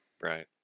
Right